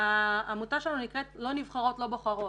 העמותה שלנו נקראת לא נבחרות לא בוחרות.